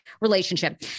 relationship